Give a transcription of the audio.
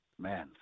man